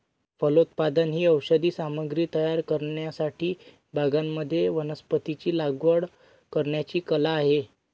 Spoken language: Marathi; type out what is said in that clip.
फलोत्पादन ही औषधी सामग्री तयार करण्यासाठी बागांमध्ये वनस्पतींची लागवड करण्याची कला आहे